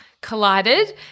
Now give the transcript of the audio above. collided